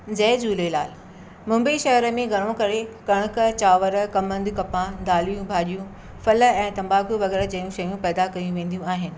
जय झूलेलाल मुंबई शहर में घणो करे कणकु चांवर कमंद कपान दालियूं भाॼियूं फल ऐं तम्बाकू वग़ैरह जेयूं शयूं पैदा कयूं वेंदियूं आहिनि